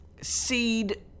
seed